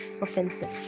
offensive